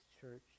church